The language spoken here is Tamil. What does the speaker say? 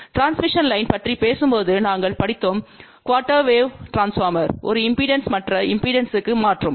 டிரான்ஸ்மிஷன் லைன் பற்றி பேசும்போது நாங்கள் படித்தோம் குஆர்டெர் வேவ் டிரான்ஸ்பார்மர் ஒரு இம்பெடன்ஸ் மற்ற இம்பெடன்ஸ்க்கு மாற்றும்